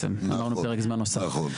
אמרנו "פרק זמן נוסף".